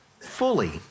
fully